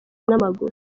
n’amaguru